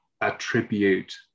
attribute